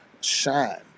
shine